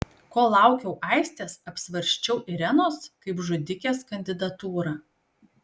kol laukiau aistės apsvarsčiau irenos kaip žudikės kandidatūrą